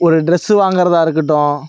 ஒரு ட்ரெஸ் வாங்குறதாக இருக்கட்டும்